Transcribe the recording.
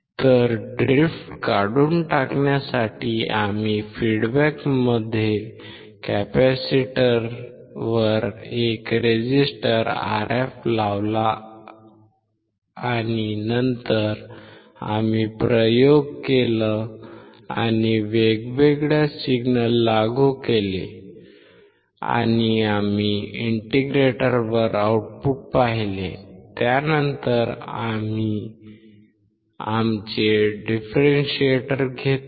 तर ड्रिफ्ट काढून टाकण्यासाठी आम्ही फीडबॅकमध्ये कॅपेसिटरवर एक रेझिस्टर Rf लावला आणि नंतर आम्ही प्रयोग केले आणि आम्ही वेगवेगळे सिग्नल लागू केले आणि आम्ही इंटिग्रेटरवर आउटपुट पाहिले त्यानंतर आम्ही आमचे डिफरेंशिएटर घेतले